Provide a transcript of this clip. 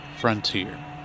Frontier